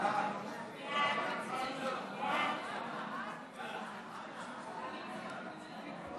הצעת ועדת הפנים והגנת הסביבה בדבר פיצול פרק